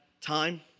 time